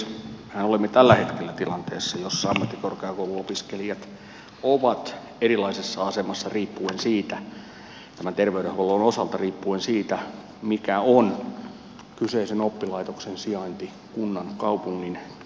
mehän olemme tällä hetkellä tilanteessa jossa ammattikorkeakouluopiskelijat ovat erilaisessa asemassa tämän terveydenhuollon osalta riippuen siitä mikä on kyseisen oppilaitoksen sijainti ja kunnan kaupungin perusterveydenhuollon tilanne